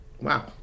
Wow